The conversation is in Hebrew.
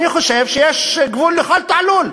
אני חושב שיש גבול לכל תעלול.